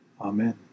Amen